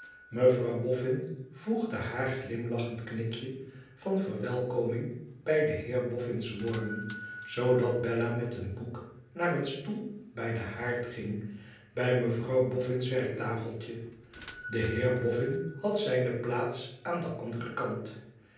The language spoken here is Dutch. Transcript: mevrouw bofhn voegde haar glimlachend knikje van verwelkoming bij den heer boffins woorden zoodat bella met een boek naar een stoel bij den haard ging bij mevrouw boffin s werktafeltje de heer boffin had zijne plaats aan den anderen kant